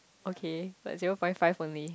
okay like zero five five only